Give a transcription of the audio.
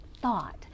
thought